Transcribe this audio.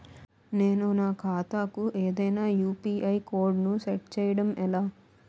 నేను నా ఖాతా కు ఏదైనా యు.పి.ఐ కోడ్ ను సెట్ చేయడం ఎలా?